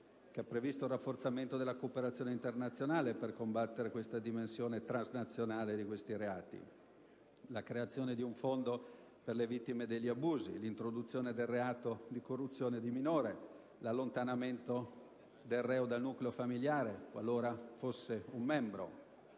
che hanno previsto il rafforzamento della cooperazione internazionale per combattere la dimensione transnazionale di questi reati; la creazione di un fondo per le vittime degli abusi; l'introduzione del reato di corruzione di minore; l'allontanamento del reo dal nucleo familiare, qualora ne fosse un membro;